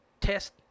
test